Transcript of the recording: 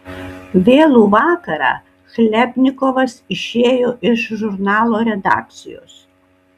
vėlų vakarą chlebnikovas išėjo iš žurnalo redakcijos